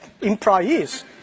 employees